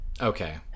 Okay